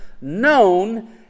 known